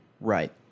Right